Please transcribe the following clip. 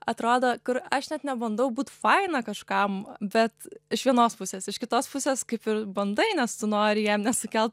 atrodo kur aš net nebandau būt faina kažkam bet iš vienos pusės iš kitos pusės kaip ir bandai nes tu nori jam nesukelt